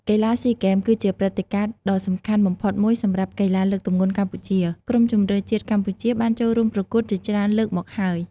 កីឡាស៊ីហ្គេម គឺជាព្រឹត្តិការណ៍ដ៏សំខាន់បំផុតមួយសម្រាប់កីឡាលើកទម្ងន់កម្ពុជា។ ក្រុមជម្រើសជាតិកម្ពុជាបានចូលរួមប្រកួតជាច្រើនលើកមកហើយ។